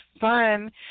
fun